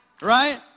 right